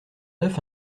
neuf